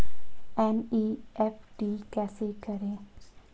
NEFT कैसे करें?